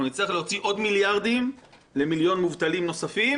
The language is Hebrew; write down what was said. אנחנו נצטרך להוציא עוד מיליארדים למיליון מובטלים נוספים?